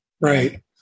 Right